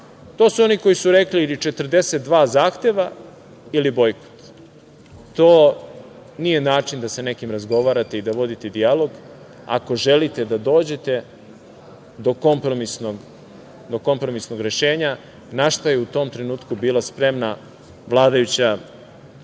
to su oni koji su rekli – ili 42 zahteva ili bojkot. To nije način da sa nekim razgovarate i da vodite dijalog ako želite da dođete do kompromisnog rešenja, na šta je u tom trenutku bila spremna vladajuća